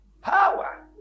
Power